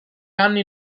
anni